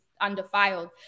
undefiled